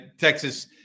Texas